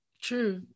true